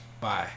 Bye